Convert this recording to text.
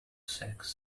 sex